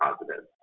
positive